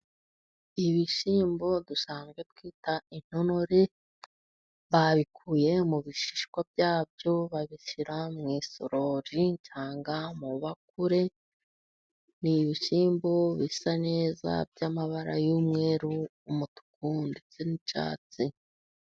Ibishyimbo dusanzwe twita intonore babikuye mu bishishwa bya byo, babishyira mu isorori cyangwa mu bakure, ni ibishyimbo bisa neza, by'amabara y'umweru, umutuku ndetse n'icyatsi.